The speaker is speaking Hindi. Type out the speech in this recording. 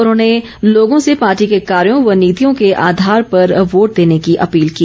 उन्होंने लोगों से पार्टी के कॉर्यों व नीतियों के आधार पर वोट देने की अपील की